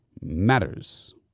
matters